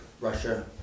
Russia